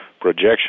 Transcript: projection